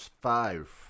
five